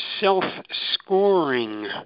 self-scoring